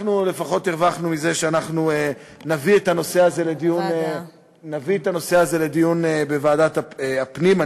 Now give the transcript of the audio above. אנחנו לפחות הרווחנו מזה שאנחנו נביא את הנושא הזה לדיון בוועדת הפנים.